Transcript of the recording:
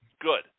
Good